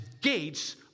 gates